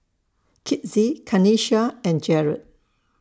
Kizzie Kanisha and Jered